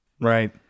Right